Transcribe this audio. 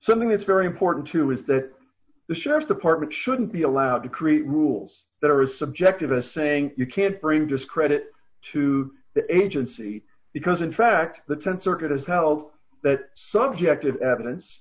something that's very important too is that the sheriff's department shouldn't be allowed to create rules that are subject of a saying you can't bring discredit to the agency because in fact the th circuit has held that subject of evidence